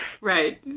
Right